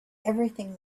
everything